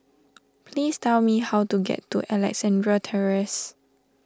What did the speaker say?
please tell me how to get to Alexandra Terrace